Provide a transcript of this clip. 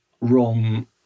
wrong